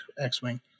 X-wing